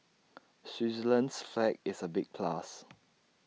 Switzerland's flag is A big plus